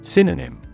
Synonym